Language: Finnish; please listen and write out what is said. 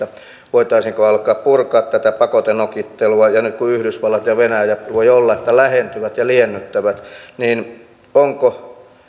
voitaisiinko alkaa purkaa tätä pakotenokittelua ja nyt kun yhdysvallat ja venäjä voi olla lähentyvät ja liennyttävät niin onko